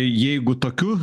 jeigu tokiu